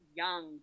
young